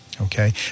Okay